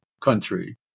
country